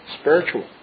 spiritual